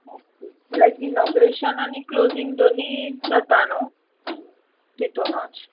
okay लायक inauguration आनी closing दोनी जाता न्हू तितूनूच